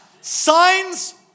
Signs